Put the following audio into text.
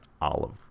olive